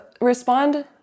respond